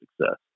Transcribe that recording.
success